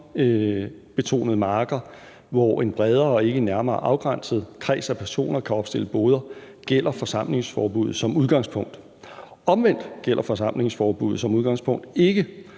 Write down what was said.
sæsonbetonede markeder, hvor en bredere og ikke nærmere afgrænset kreds af personer kan opstille boder, gælder forsamlingsforbuddet som udgangspunkt. Omvendt gælder forsamlingsforbuddet som udgangspunkt ikke,